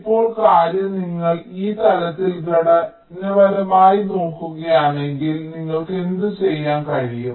ഇപ്പോൾ കാര്യം നിങ്ങൾ ഈ തലത്തിൽ ഘടനാപരമായി നോക്കുകയാണെങ്കിൽ നിങ്ങൾക്ക് എന്ത് ചെയ്യാൻ കഴിയും